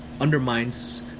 undermines